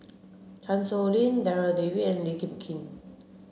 Chan Sow Lin Darryl David and Lee Kip Lin